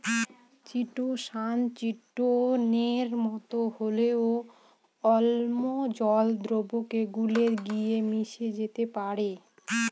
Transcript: chitosan চিটোনের মতো হলেও অম্ল জল দ্রাবকে গুলে গিয়ে মিশে যেতে পারে